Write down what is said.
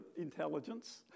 intelligence